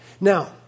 Now